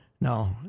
No